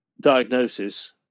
diagnosis